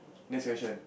next question